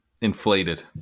Inflated